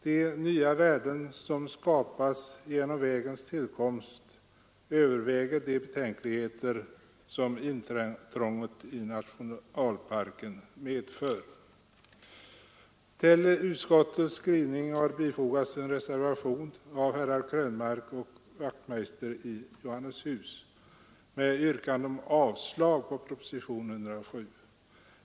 De nya värden som skapas genom vägens tillkomst överväger de betänkligheter man kan hysa mot intrånget i nationalparken. Till utskottets betänkande har fogats en reservation av herrar Krönmark och Wachtmeister i Johannishus, som har yrkat avslag på propositionen 107.